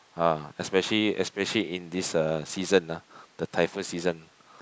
ah especially especially in this uh season ah the typhoon season